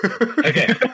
Okay